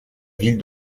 ville